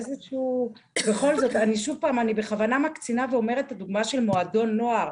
אני בכוונה מקצינה ונותנת את הדוגמה של מועדון נוער,